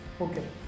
Okay